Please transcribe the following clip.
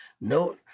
no